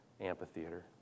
amphitheater